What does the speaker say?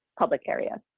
public area.